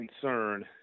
concern